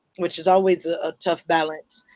which is always a tough balance.